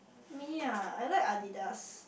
me ah I like Adidas